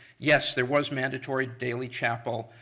yes, there was mandatory daily chapel,